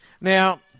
Now